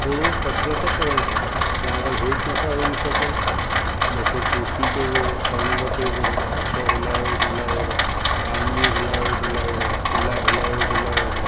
थोरो कसरत करणु खपे तव्हां अगरि हेठि नथा विही सघो मथे कुर्सी ते विहो पलंग ते विहो हथ हिलायो डुलायो आङड़ियूं हिलायो डुलायो कुल्हा हिलायो डुलायो